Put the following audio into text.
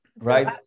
Right